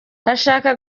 ashaka